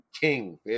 king